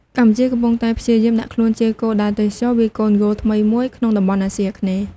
កម្ពុជាកំពុងតែព្យាយាមដាក់ខ្លួនជាគោលដៅទេសចរណ៍វាយកូនហ្គោលថ្មីមួយក្នុងតំបន់អាស៊ីអាគ្នេយ៍។